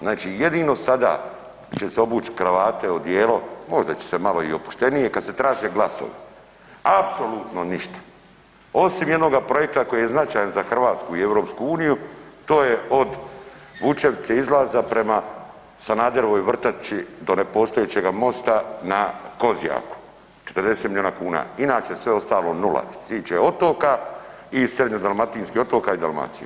Znači jedino sada će se obući kravate, odijelo možda će se malo i opuštenije kad se traže glasovi, apsolutno ništa osim jednoga projekta koji je značajan za Hrvatsku i EU, to je od Vučevice izlaza prema Sanaderovoj vrtači do nepostojećeg mosta na Kozjaku, 40 miliona kuna inače sve ostalo nula što se tiče otoka i srednjodalmatinskih otoka i Dalmacije.